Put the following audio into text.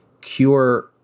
cure